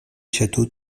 châteaux